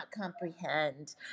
comprehend